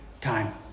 time